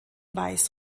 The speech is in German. weiß